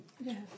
Yes